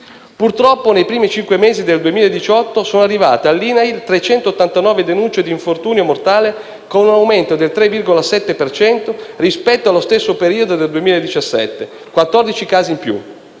Purtroppo, nei primi cinque mesi del 2018 sono arrivate all'INAIL 389 denunce di infortunio mortale, con un aumento del 3,7 per cento rispetto allo stesso periodo del 2017 (14 casi in più).